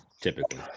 typically